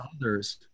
others